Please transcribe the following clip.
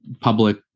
public